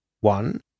One